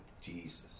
Jesus